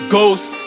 Ghost